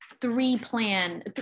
three-plan